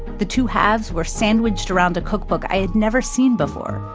the two halves were sandwiched around a cookbook i had never seen before.